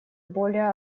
более